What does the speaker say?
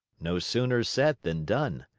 no sooner said than done.